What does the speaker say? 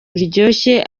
biryoshye